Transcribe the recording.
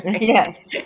Yes